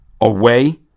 Away